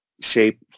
shape